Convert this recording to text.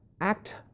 act